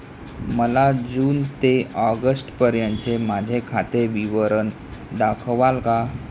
मला जून ते ऑगस्टपर्यंतचे माझे खाते विवरण दाखवाल का?